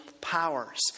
powers